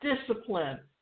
discipline